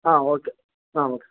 ಹಾಂ ಓಕೆ ಹಾಂ ಓಕೆ